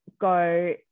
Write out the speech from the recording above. go